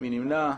מי נמנע.